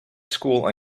school